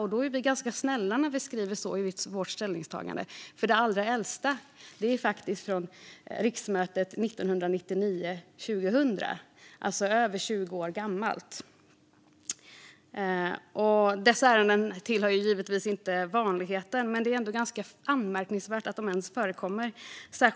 Vi är till och med ganska snälla när vi skriver så i vårt ställningstagande, för det allra äldsta är faktiskt från riksmötet 1999/2000 och alltså över 20 år gammalt. Dessa ärenden är givetvis inte vanligheter, men det är ändå ganska anmärkningsvärt att de ens förekommer.